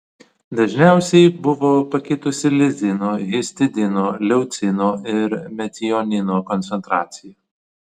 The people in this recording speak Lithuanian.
dažniausiai buvo pakitusi lizino histidino leucino ir metionino koncentracija